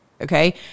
okay